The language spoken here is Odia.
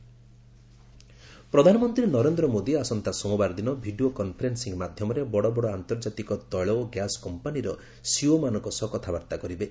ମୋଦୀ ଟକ୍ସ ପ୍ରଧାନମନ୍ତ୍ରୀ ନରେନ୍ଦ୍ର ମୋଦୀ ଆସନ୍ତା ସୋମବାର ଦିନ ଭିଡ଼ିଓ କନ୍ଫରେନ୍ନିଂ ମାଧ୍ୟମରେ ବଡ଼ବଡ଼ ଆନ୍ତର୍ଜାତିକ ତୈଳ ଓ ଗ୍ୟାସ୍ କମ୍ପାନୀର ସିଇଓମାନଙ୍କ ସହ କଥାବାର୍ତ୍ତା କରିବେ